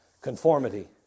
conformity